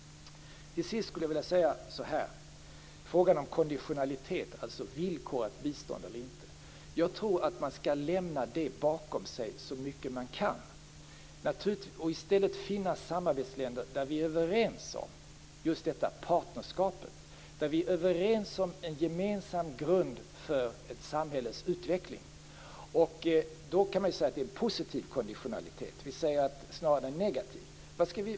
Till sist vill jag säga följande. När det gäller konditionalitet, dvs. villkorat bistånd eller inte, tror jag att man skall lämna det bakom sig så mycket man kan. I stället skall vi finna samarbetsländer där vi är överens om partnerskapet och en gemensam grund för ett samhälles utveckling. Det kan sägas vara en positiv konditionalitet snarare än en negativ.